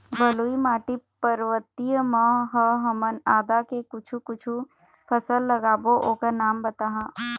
बलुई माटी पर्वतीय म ह हमन आदा के कुछू कछु फसल लगाबो ओकर नाम बताहा?